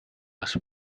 was